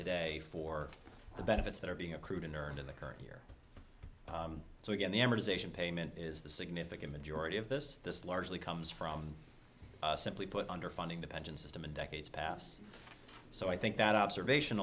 today for the benefits that are being accrued unearned in the current year so again the amortization payment is the significant majority of this this largely comes from simply put underfunding the pension system in decades past so i think that observation